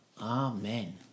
amen